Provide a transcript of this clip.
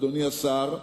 אדוני השר,